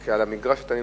על המגרש שאתה נמצא.